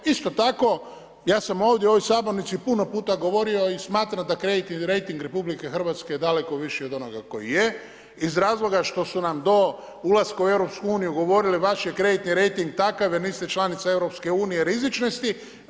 Isto tako, ja sam ovdje u ovoj sabornici puno puta govorio i smatram da kreditni rejting RH je daleko viši od onoga koji je iz razloga što su nam do ulaska u EU govorili vaš je kreditni rejting takav jer niste članica EU, rizični ste.